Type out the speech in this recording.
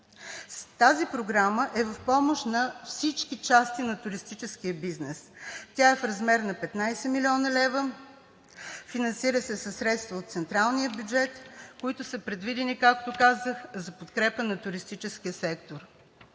Тази програма е в помощ на всички части на туристическия бизнес. Тя е в размер на 15 млн. лв., финансира се със средства от централния бюджет, които са предвидени, както казах, за подкрепа на туристическия сектор.